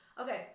Okay